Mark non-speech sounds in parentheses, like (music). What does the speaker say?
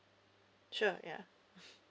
sure ya (breath)